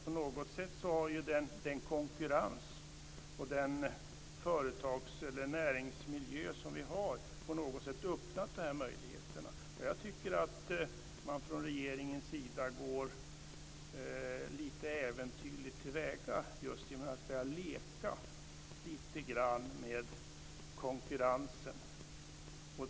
På något sätt har den konkurrens och näringsmiljö som finns öppnat dessa möjligheter. Jag tycker att regeringen går lite äventyrligt till väga genom att börja leka lite grann med konkurrensen.